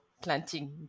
planting